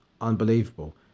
unbelievable